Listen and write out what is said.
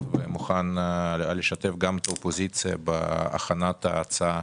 ומוכן לשתף גם את האופוזיציה בהכנת ההצעה